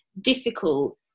difficult